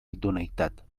idoneïtat